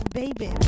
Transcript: baby